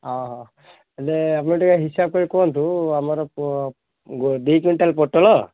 ଓହୋ ହେଲେ ଆମର ଟିକେ ହିସାବ କରି କୁହନ୍ତୁ ଆମର ପ ଦୁଇ କୁଇଣ୍ଟାଲ୍ ପୋଟଳ